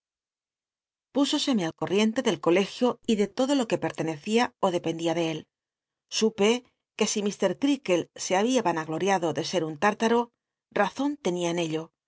al corriente del colt'gio y de todo lo que pcrtcnecia ó dependía de él su le r ue si mr crealdc se había varwglotindo de ser un t irlaro razon tenia en ello